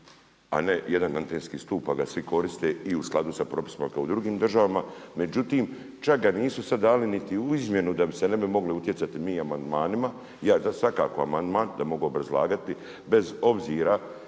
a ne jedan antenski stup pa ga svi koriste i u skladu sa propisima kao u drugim državama. Međutim čak ga nisu sada dali niti u izmjenu da bi ne mogli utjecati mi amandmanima. Ja ću dati svakako amandman da mogu obrazlagati, bez obzira